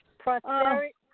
prosperity